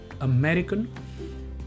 American